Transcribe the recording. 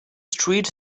street